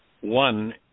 one